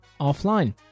offline